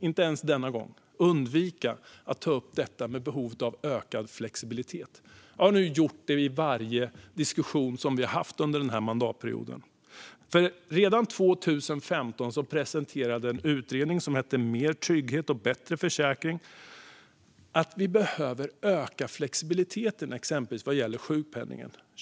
inte ens denna gång undvika att ta upp detta med behovet av ökad flexibilitet. Jag har nu gjort det i varje diskussion som vi har haft under den här mandatperioden. Ekonomisk trygghet vid sjukdom och funktions-nedsättning Redan 2015 presenterades en utredning, Mer trygghet och bättre försäkring , som kom fram till att vi behöver öka flexibiliteten i exempelvis sjukpenningen.